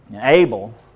Abel